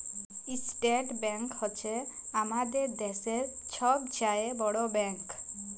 state bank হছে আমাদের দ্যাশের ছব চাঁয়ে বড় ব্যাংক